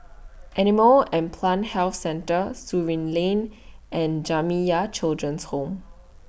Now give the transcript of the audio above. Animal and Plant Health Centre Surin Lane and Jamiyah Children's Home